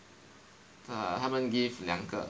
err 他们 give 两个